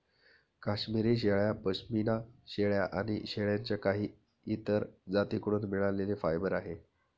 काश्मिरी शेळ्या, पश्मीना शेळ्या आणि शेळ्यांच्या काही इतर जाती कडून मिळालेले फायबर आहे